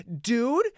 dude